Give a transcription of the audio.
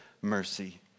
mercy